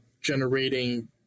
generating